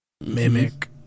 Mimic